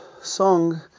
song